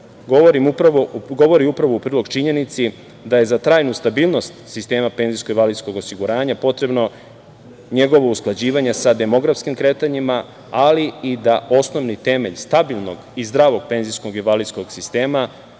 govori upravo u prilog činjenici da je za trajnu stabilnost sistema PIO potrebno njegovo usklađivanje sa demografskim kretanjima, ali i da osnovni temelj stabilnog i zdravog penzijsko-invalidskog sistema